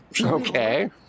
Okay